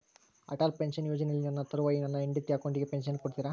Atal pension ಯೋಜನೆಯಲ್ಲಿ ನನ್ನ ತರುವಾಯ ನನ್ನ ಹೆಂಡತಿ ಅಕೌಂಟಿಗೆ ಪೆನ್ಶನ್ ಕೊಡ್ತೇರಾ?